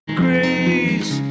grace